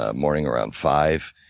ah morning around five,